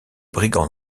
brigands